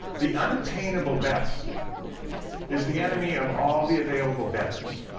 the unattainable best is the enemy of all the available betters,